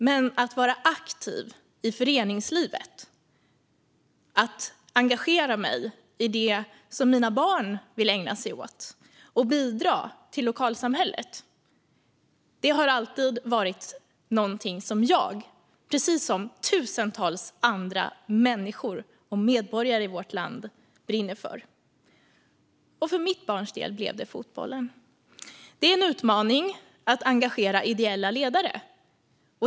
Men att vara aktiv i föreningslivet, att engagera mig i det som mina barn vill ägna sig åt och att bidra till lokalsamhället har alltid varit någonting som jag precis som tusentals andra människor och medborgare i vårt land brinner för. För mitt barns del blev det fotbollen. Det är en utmaning att engagera ideella ledare.